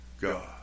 God